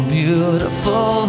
beautiful